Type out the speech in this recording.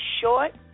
Short